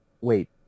wait